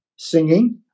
singing